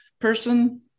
person